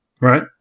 right